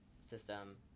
system